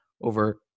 over